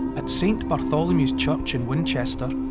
at st bartholomew's church in winchester,